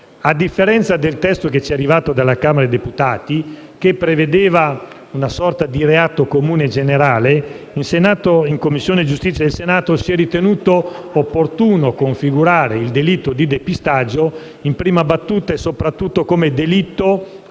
A differenza del testo che ci è arrivato dalla Camera dei deputati, che prevedeva una sorta di reato comune generale, in Commissione giustizia del Senato si è ritenuto opportuno configurare il delitto di depistaggio in prima battuta e soprattutto come delitto